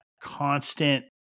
constant